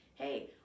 Hey